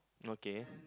okay